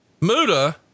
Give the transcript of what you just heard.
Muda